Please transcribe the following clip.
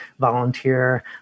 volunteer